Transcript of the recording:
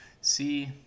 See